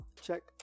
Check